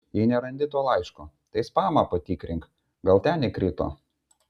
jei nerandi to laiško tai spamą patikrink gal ten įkrito